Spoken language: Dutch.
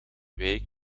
wijk